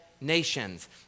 nations